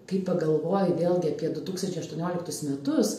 kai pagalvoji vėlgi apie du tūkstančiai aštuonioliktus metus